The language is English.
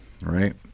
right